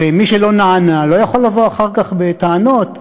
ומי שלא נענה לא יכול לבוא אחר כך בטענות שלא,